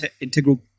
integral